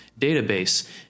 database